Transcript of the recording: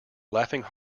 laughing